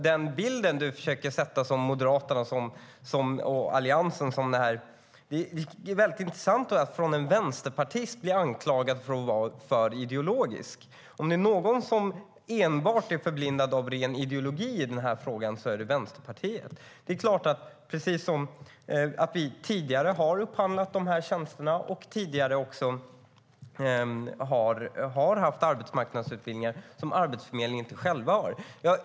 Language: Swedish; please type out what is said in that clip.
Den bild som Ali Esbati försöker ge är att vi i Moderaterna och Alliansen är för ideologiska. Det är intressant att av en vänsterpartist bli anklagad för att vara det. Om det är någon som är förblindad av ren ideologi i denna fråga är det Vänsterpartiet. Precis som tidigare har Arbetsförmedlingen upphandlat de här tjänsterna och haft arbetsmarknadsutbildningar som Arbetsförmedlingen inte själv har.